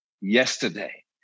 yesterday